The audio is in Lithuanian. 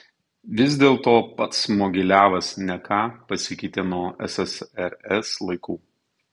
vis dėlto pats mogiliavas ne ką pasikeitė nuo ssrs laikų